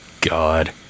God